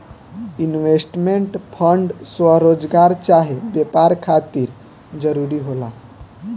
investment fund स्वरोजगार चाहे व्यापार खातिर जरूरी होला